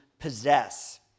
possess